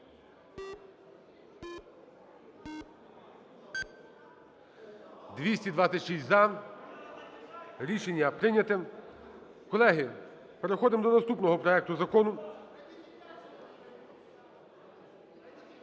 За-226 Рішення прийнято. Колеги, переходимо до наступного проекту закону.